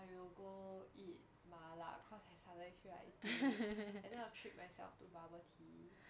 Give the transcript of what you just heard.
I will go eat 麻辣 cause I suddenly feel like eating and I then I will treat myself to bubble tea